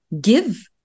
give